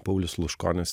paulius sluškonis